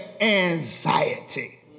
anxiety